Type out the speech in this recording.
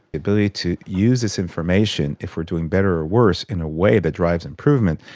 the ability to use this information if we are doing better or worse in a way that drives improvement.